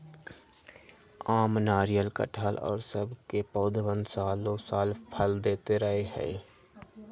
आम, नारियल, कटहल और सब के पौधवन सालो साल फल देते रहा हई